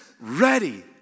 ready